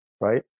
right